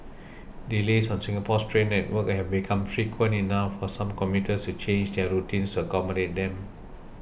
delays on Singapore's train network have become frequent enough for some commuters to change their routines to accommodate them